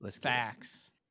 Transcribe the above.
Facts